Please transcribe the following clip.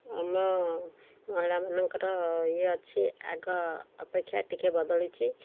ଆମ ମହିଳାମାନଙ୍କର ଇଏ ଅଛି ଆଗ ଅପେକ୍ଷା ଟିକିଏ ବଦଳିଛି